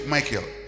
Michael